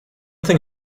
thing